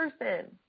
person